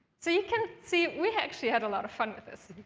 so you can see, we actually have a lot of fun with this.